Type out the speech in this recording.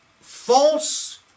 false